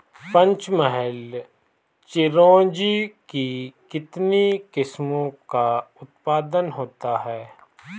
पंचमहल चिरौंजी की कितनी किस्मों का उत्पादन होता है?